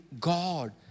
God